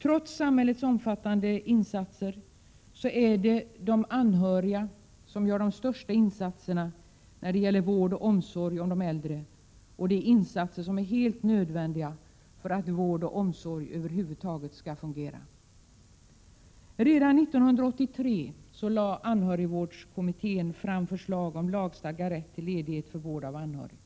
Trots samhällets omfattande insatser är det de anhöriga som gör de största insatserna när det gäller vård av och omsorg om de äldre, insatser som är helt nödvändiga för att vård och omsorg över huvud taget skall fungera. Redan 1983 lade anhörigvårdskommittén fram förslag om lagstadgad rätt till ledighet för vård av anhörig.